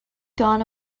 gone